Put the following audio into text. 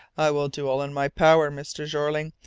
i will do all in my power, mr. jeorling,